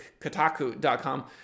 kotaku.com